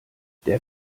der